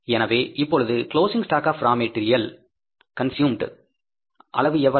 எனவே இப்பொழுது closing stock of raw material consumed அளவு எவ்வளவு